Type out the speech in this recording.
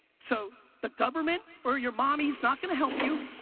so the government or your mommy's not gonna help you.